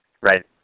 Right